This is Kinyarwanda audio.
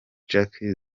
jackie